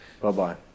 Bye-bye